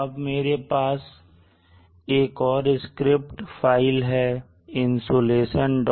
अब मेरे पास एक और स्क्रिप्ट फाइल है insolationm